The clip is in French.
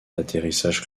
d’atterrissage